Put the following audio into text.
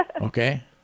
Okay